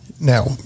Now